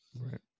Right